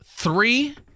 Three